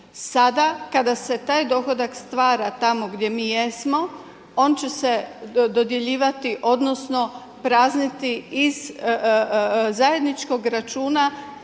Sada kada se taj dohodak stvara tamo gdje mi jesmo, on će se dodjeljivati odnosno prazniti iz zajedničkog računa